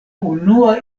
unua